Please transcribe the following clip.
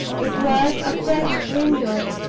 it was a french window.